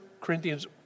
Corinthians